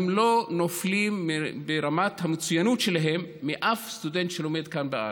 הם לא נופלים ברמת המצוינות שלהם מאף סטודנט שלומד כאן בארץ.